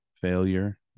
failure